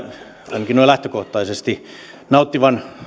ainakin noin lähtökohtaisesti nauttivan